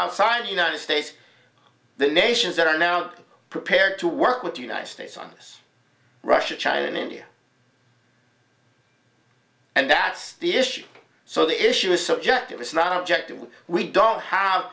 outside united states the nations that are now prepared to work with the united states on this russia china and india and that's the issue so the issue is subjective it's not objective we don't have